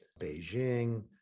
Beijing